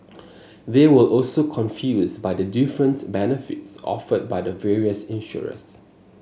they were also confused by the difference benefits offered by the various insurers